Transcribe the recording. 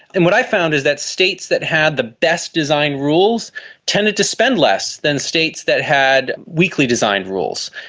and what i found is that states that had the best designed rules tended to spend less than states that had weakly designed rules.